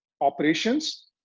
operations